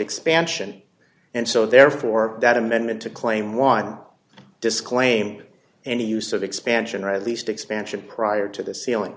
expansion and so therefore that amendment to claim one disclaim any use of expansion or at least expansion prior to the ceiling